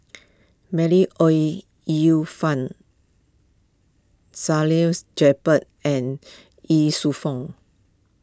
Ooi Yu Fen Salleh Japar and Ye Shufang